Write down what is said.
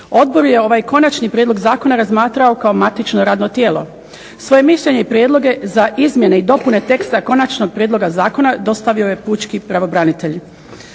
Odbor je ovaj konačni prijedlog zakona razmatrao kao matično radno tijelo. Svoje mišljenje i prijedloge za izmjene i dopune teksta Konačnog prijedloga zakona dostavio je pučki pravobranitelj.